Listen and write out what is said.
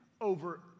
over